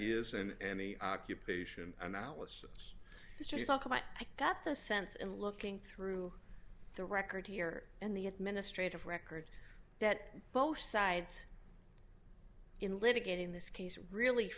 isn't any occupation analysis history to talk about i got the sense in looking through the records here and the administrative record that both sides in litigating this case really